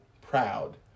proud